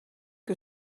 que